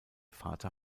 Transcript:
vater